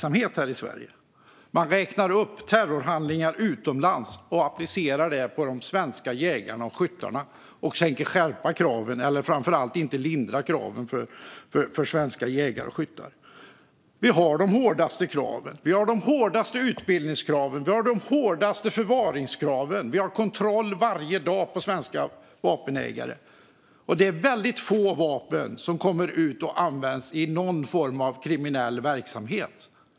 Ministern räknar upp terrorhandlingar utomlands och applicerar detta på de svenska jägarna och skyttarna och tar det som en förevändning för att inte lindra kraven för svenska jägare och skyttar. Vi har de hårdaste kraven. Vi har de hårdaste utbildningskraven. Vi har de hårdaste förvaringskraven. Vi har kontroller av svenska vapenägare varje dag. Det är väldigt få vapen som kommer ut och används i någon form av kriminell verksamhet.